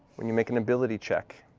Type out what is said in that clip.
when you make an ability check.